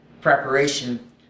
preparation